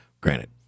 granted